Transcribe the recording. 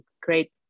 great